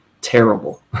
terrible